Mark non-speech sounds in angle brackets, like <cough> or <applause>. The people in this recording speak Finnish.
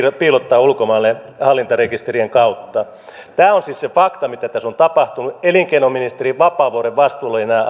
piilottaa ulkomaille hallintarekisterien kautta tämä on siis se fakta mitä tässä on tapahtunut elinkeinoministeri vapaavuoren vastuulla olivat nämä <unintelligible>